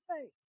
faith